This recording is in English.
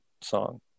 song